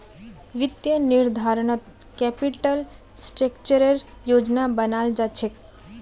वित्तीय निर्धारणत कैपिटल स्ट्रक्चरेर योजना बनाल जा छेक